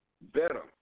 Better